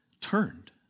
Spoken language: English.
turned